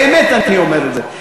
באמת אני אומר את זה,